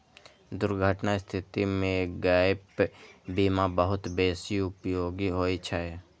दुर्घटनाक स्थिति मे गैप बीमा बहुत बेसी उपयोगी होइ छै